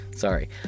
Sorry